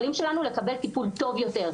לא.